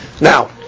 now